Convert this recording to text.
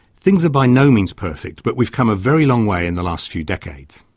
things are by no means perfect but we've come a very long way in the last few decades.